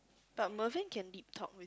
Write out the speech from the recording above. but Mervin can deep talk